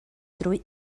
drwy